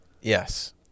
yes